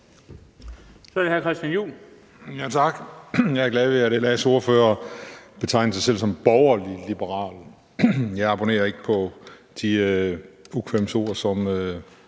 Så er det hr. Christian Juhl,